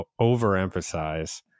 overemphasize